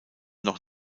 noch